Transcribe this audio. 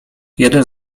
jeden